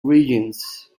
regions